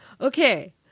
Okay